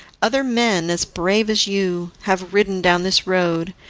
other men, as brave as you, have ridden down this road,